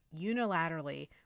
unilaterally